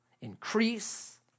increase